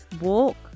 walk